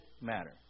matter